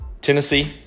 Tennessee